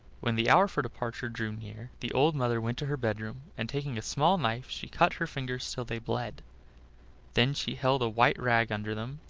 when the hour for departure drew near the old mother went to her bedroom, and taking a small knife she cut her fingers till they bled then she held a white rag under them,